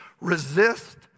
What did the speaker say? Resist